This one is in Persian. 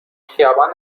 خیابان